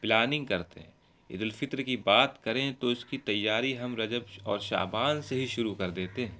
planning کرتے ہیں عید الفطر کی بات کریں تو اس کی تیاری ہم رجب اور شعبان سے ہی شروع کر دیتے ہیں